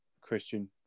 Christian